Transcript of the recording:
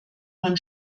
man